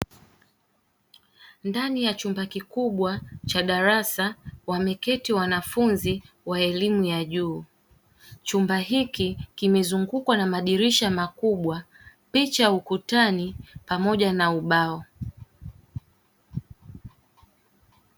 Ndani ya chumba kikubwa cha darasa, wameketi wanafunzi wa elimu ya juu; chumba hiki kimezungukwa na madirisha makubwa, picha za ukutani pamoja na ubao.